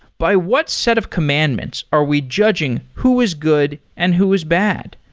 by what set of commandments are we judging who is good and who is bad,